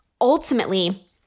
ultimately